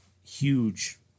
huge